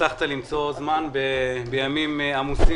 הצלחת למצוא זמן בימים עמוסים